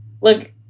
look